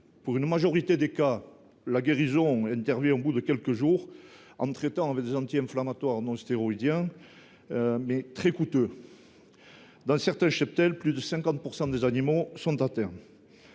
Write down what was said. Dans une majorité des cas, la guérison survient au bout de quelques jours, en traitant avec des anti inflammatoires non stéroïdiens très coûteux. Dans certains cheptels, plus de 50 % des animaux sont touchés.